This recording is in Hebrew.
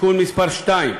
(תיקון מס' 2),